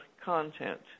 content